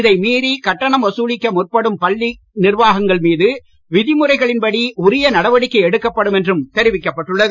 இதை மீறி கட்டணம் வசூலிக்க முற்படும் பள்ளி நிர்வாகங்கள் மீது விதிமுறைகளின் படி உரிய நடவடிக்கை எடுக்கப்படும் என்றும் தெரிவிக்கப் பட்டுள்ளது